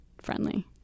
friendly